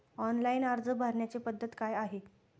Online अर्ज भरण्याची पद्धत काय आहे?